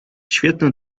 świetny